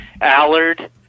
Allard